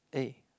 eh